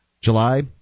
July